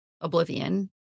oblivion